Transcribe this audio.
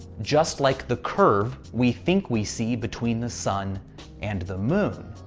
just like the curve we think we see between the sun and the moon.